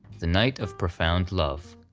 the night of profound love.